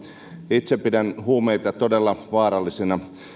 itse pidän huumeita todella vaarallisina